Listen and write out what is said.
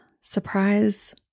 Surprise